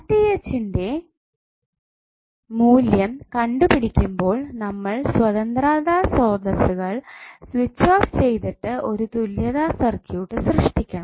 ന്റെ മൂല്യം കണ്ടുപിടിക്കുമ്പോൾ നമ്മൾ സ്വതന്ത്ര സ്രോതസ്സുകൾ സ്വിച്ച് ഓഫ് ചെയ്തിട്ട് ഒരു തുല്യതാ സർക്യൂട്ട് സൃഷ്ടിക്കണം